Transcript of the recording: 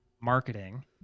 marketing